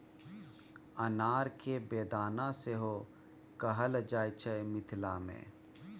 अनार केँ बेदाना सेहो कहल जाइ छै मिथिला मे